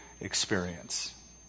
experience